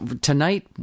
Tonight